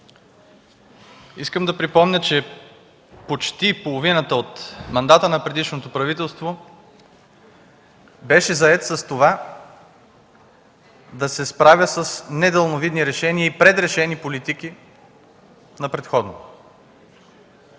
Искам да припомня, че почти половината от мандата на предишното правителство беше зает с това да се справя с недалновидни решения и предрешени политики на предходното.